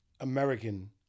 American